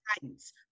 guidance